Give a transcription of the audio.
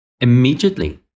immediately